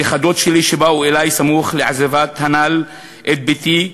הנכדות שלי שבאו אלי סמוך לעזיבת הנ"ל את ביתי,